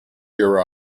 your